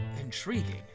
intriguing